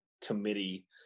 committee